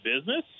business